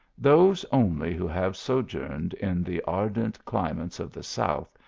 those, only, who have sojourned in the ardent climates of the south,